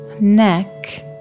neck